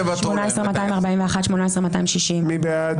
17,921 עד 17,940. מי בעד?